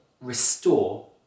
restore